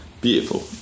Beautiful